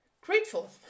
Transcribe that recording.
Grateful